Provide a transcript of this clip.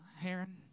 Heron